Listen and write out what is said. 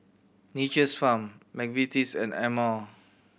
Nature's Farm McVitie's and Amore